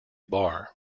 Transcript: bar